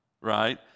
right